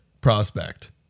prospect